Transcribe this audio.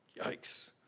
yikes